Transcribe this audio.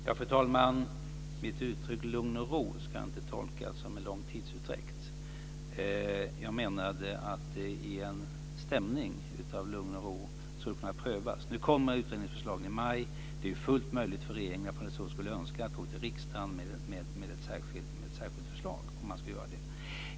Fru talman! Mitt uttryck lugn och ro ska inte tolkas som en lång tidsutdräkt. Jag menade att det i en stämning av lugn och ro skulle kunna prövas. Utredningsförslagen kommer i maj. Det är fullt möjligt för regeringen om den så skulle önska att gå till riksdagen med ett särskilt förslag.